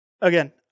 Again